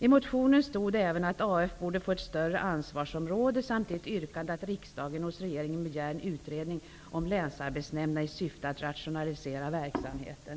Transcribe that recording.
I motionen stod även att arbetsförmedlingarna borde få ett större ansvarsområde samt i ett yrkande att riksdagen hos regeringen begär en utredning om länsarbetsnämnderna i syfte att rationalisera verksamheten.